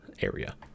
area